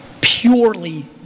purely